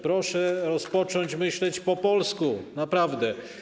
Proszę zacząć myśleć po polsku, naprawdę.